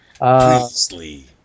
Previously